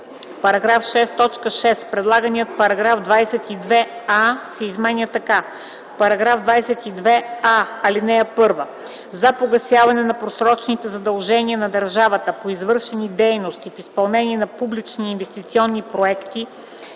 – в § 6, т. 6 предлаганият § 22а се изменя така: „§ 22а. (1) За погасяване на просрочените задължения на държавата по извършени дейности в изпълнение на публични инвестиционни проекти